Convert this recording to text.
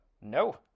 no